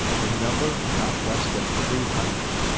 in number not less than three hundred.